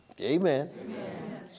Amen